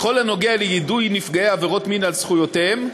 בכל הנוגע ליידוע נפגעי עבירות מין על זכויותיהם,